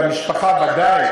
והמשפחה ודאי